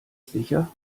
sicher